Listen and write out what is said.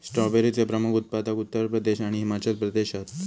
स्ट्रॉबेरीचे प्रमुख उत्पादक उत्तर प्रदेश आणि हिमाचल प्रदेश हत